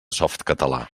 softcatalà